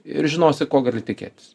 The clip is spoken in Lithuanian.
ir žinosi ko gali tikėtis